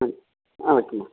ஆ ஆ ஓகேம்மா